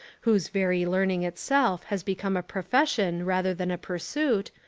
whose very learning itself has become a profession rather than a pursuit,